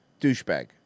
douchebag